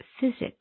physics